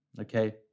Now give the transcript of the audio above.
Okay